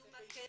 לקידום הקשר.